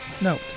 Note